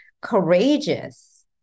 courageous